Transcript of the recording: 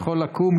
יכול לקום,